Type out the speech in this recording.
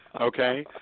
Okay